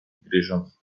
gryząc